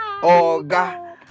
Oga